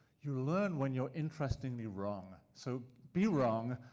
you learn when you're interestingly wrong. so be wrong,